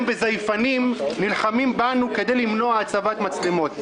בזייפנים נלחמים בנו כדי למנוע הצבת מצלמות.